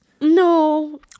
No